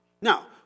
Now